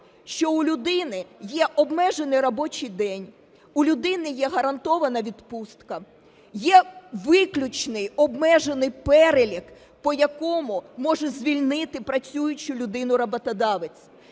що у людини є обмежений робочий день, у людини є гарантована відпустка, є виключний обмежений перелік, по якому може звільнити працюючу людину роботодавець.